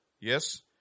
Yes